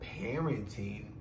parenting